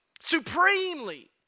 supremely